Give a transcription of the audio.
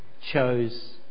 chose